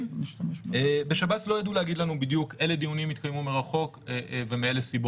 אנחנו הבנו משב"ס שרק מיעוט מהדיונים התקיימו מרחוק בגלל בידודי קורונה.